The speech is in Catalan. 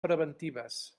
preventives